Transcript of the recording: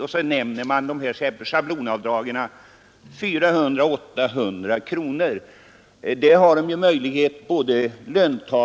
I det sammanhanget nämner motionärerna dessa schablonavdrag, 400 kronor respektive 800 kronor.